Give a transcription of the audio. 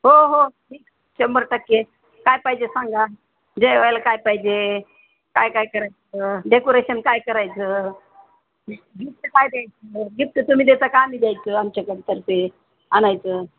हो हो शंभर टक्के काय पाहिजे आहे सांगा जेवायला काय पाहिजे आहे कायकाय करायचं डेकोरेशन काय करायचं गिफ्ट काय द्यायचं गिफ्ट तुम्ही देता का आम्ही द्यायचं आमच्याकडं तर्फे आणायचं